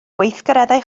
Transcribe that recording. gweithgareddau